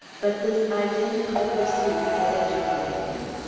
but this identical pursuit had educated him.